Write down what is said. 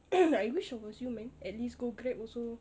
I wish I was you man at least go Grab also